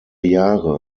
jahre